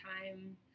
time